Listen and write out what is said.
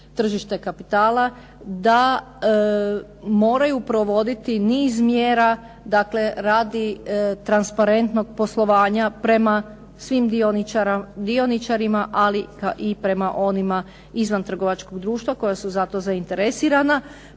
da moraju provoditi niz mjera dakle radi transparentnog poslovanja prema svim dioničarima, ali i prema onima izvan trgovačkog društva koja su za to zainteresirana.